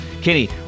Kenny